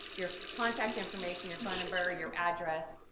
your contact information, your phone number, your address,